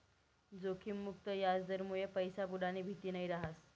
जोखिम मुक्त याजदरमुये पैसा बुडानी भीती नयी रहास